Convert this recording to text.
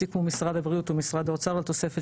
סיכום משרד הבריאות ומשרד האוצר על תוספת